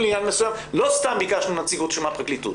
לעניין מסוים ולא סתם ביקשנו נציגות של הפרקליטות,